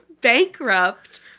bankrupt